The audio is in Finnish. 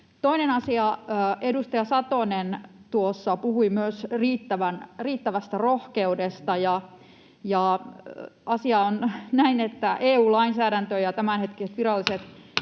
Toinen asia: edustaja Satonen puhui myös riittävästä rohkeudesta, ja asia on näin, että EU-lainsäädäntö ja tämänhetkiset [Puhemies